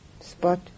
spot